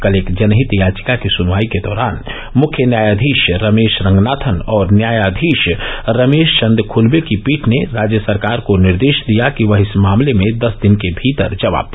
कल एक जनहित याचिका की सुनवाई के दौरान मुख्य न्यायाधीश रमेश रंगनाथन और न्यायाधीश रमेश चन्द खुलबे की पीठ ने राज्य सरकार को निर्देश दिया कि वह इस मामले में दस दिन के भीतर जवाब दे